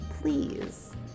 please